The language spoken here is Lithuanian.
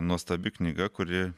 nuostabi knyga kuri